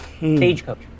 Stagecoach